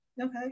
Okay